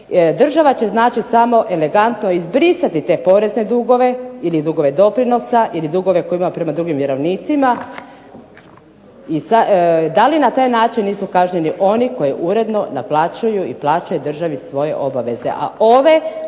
Država će znači samo elegantno izbrisati te porezne dugove ili dugove doprinosa ili dugove koje ima prema drugim vjerovnicima. Da li na taj način nisu kažnjeni oni koji uredno naplaćuju i plaćaju državi svoje obaveze,